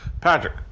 Patrick